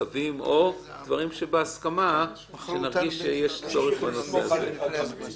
צווים או דברים שבהסכמה שנרגיש שיש צורך בנושא הזה.